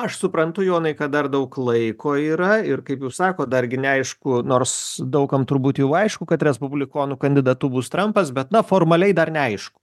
aš suprantu jonai kad dar daug laiko yra ir kaip jūs sakot dargi neaišku nors daug kam turbūt jau aišku kad respublikonų kandidatu bus trampas bet na formaliai dar neaišku